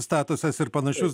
statusas ir panašius